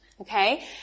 okay